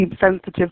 sensitive